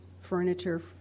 furniture